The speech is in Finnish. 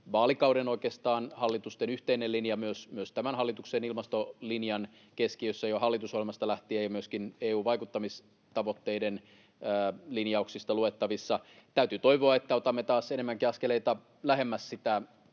vaalikauden oikeastaan hallitusten yhteinen linja, ja myös tämän hallituksen ilmastolinjan keskiössä jo hallitusohjelmasta lähtien ja myöskin EU-vaikuttamistavoitteiden linjauksista luettavissa. Täytyy toivoa, että otamme taas enemmänkin askeleita lähemmäs sitä